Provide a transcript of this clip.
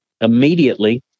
immediately